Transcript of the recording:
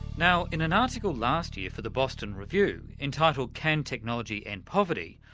now in an article last year for the boston review entitled can technology end poverty?